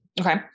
okay